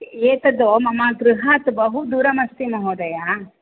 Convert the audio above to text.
एतद् मम गृहात् बहुदूरं अस्ति महोदया